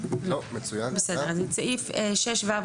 באמצע הלילה,